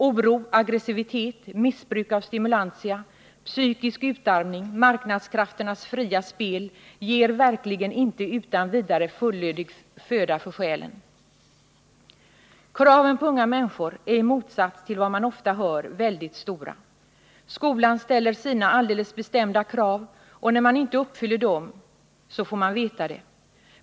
Oro, aggressivitet, missbruk av stimulantia, psykisk utarmning och marknadskrafternas fria spel ger verkligen inte utan vidare fullödig föda för själen. Kraven på unga människor är i motsats till vad man ofta hör väldigt stora. Skolan ställer sina alldeles bestämda krav, och när man inte uppfyller dem så får man veta det.